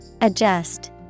Adjust